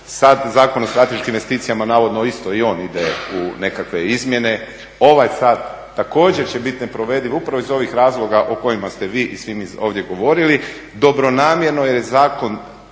Sad Zakon o strateškim investicijama navodno isto i on ide u nekakve izmjene. Ovaj sad također će biti neprovediv upravo iz ovih razloga o kojima ste vi i svi mi ovdje govorili dobronamjerno jer je zakon